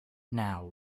now